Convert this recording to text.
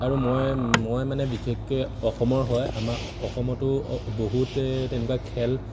আৰু মই মই মানে বিশেষকে অসমৰ হয় আমাৰ অসমতো বহুতে তেনেকুৱা খেল